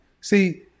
See